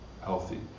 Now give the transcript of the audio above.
healthy